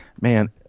man